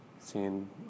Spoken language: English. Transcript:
seen